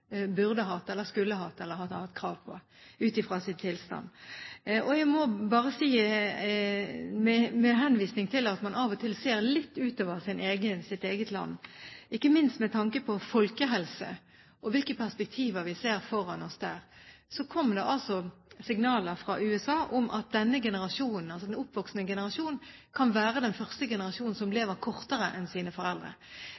burde hatt, skulle hatt eller hadde hatt krav på, ut fra sin tilstand. Med henvisning til at man av og til ser litt utover sitt eget land, ikke minst med tanke på folkehelse og hvilke perspektiver vi har der, kommer det signaler fra USA om at denne generasjonen, altså den oppvoksende generasjon, kan være den første generasjonen som